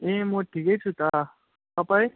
ए म ठिकै छु त तपाईँ